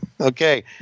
Okay